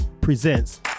Presents